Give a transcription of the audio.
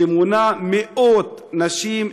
800 נשים,